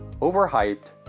overhyped